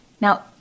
Now